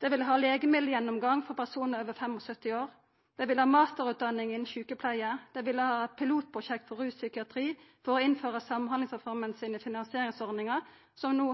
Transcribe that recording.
dei ville ha legemiddelgjennomgang for personar over 75 år, dei ville ha masterutdanning innan sjukepleie, dei ville ha pilotprosjekt for rus og psykiatri for å innføra finansieringsordningane til samhandlingsreforma – som no